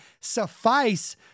suffice